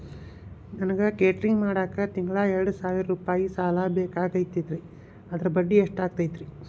ನನಗ ಕೇಟರಿಂಗ್ ಮಾಡಾಕ್ ತಿಂಗಳಾ ಎರಡು ಸಾವಿರ ರೂಪಾಯಿ ಸಾಲ ಬೇಕಾಗೈತರಿ ಅದರ ಬಡ್ಡಿ ಎಷ್ಟ ಆಗತೈತ್ರಿ?